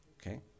Okay